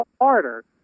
harder